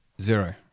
Zero